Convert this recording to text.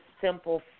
simple